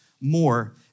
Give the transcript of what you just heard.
more